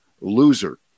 loser